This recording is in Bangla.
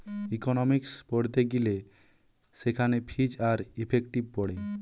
ইকোনোমিক্স পড়তে গিলে সেখানে ফিজ আর ইফেক্টিভ পড়ে